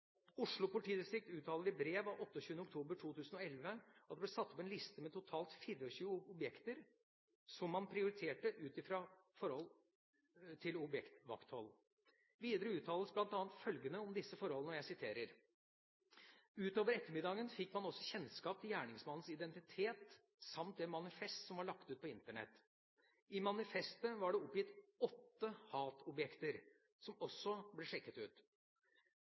Oslo politidistrikt uttaler i brev av 28. oktober 2011 at det ble satt opp en liste med totalt 24 objekter som man prioriterte ut fra forhold til objektvakthold. Videre uttales bl.a. følgende om disse forholdene: «Ut over ettermiddagen fikk man også kjennskap til gjerningsmannens identitet samt det manifest som var lagt ut på internett. I manifestet var det oppgitt åtte «hatobjekter» som også ble sjekket ut.